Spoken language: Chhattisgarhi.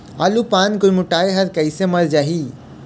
आलू पान गुरमुटाए हर कइसे मर जाही?